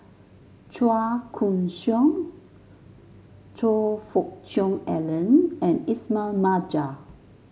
Chua Koon Siong Choe Fook Cheong Alan and Ismail Marjan